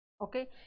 Okay